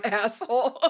asshole